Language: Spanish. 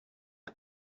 las